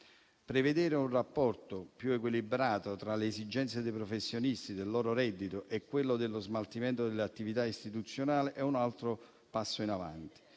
Prevedere un rapporto più equilibrato tra le esigenze dei professionisti, il loro reddito e lo smaltimento delle attività istituzionali è un altro passo in avanti.